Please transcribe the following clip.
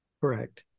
correct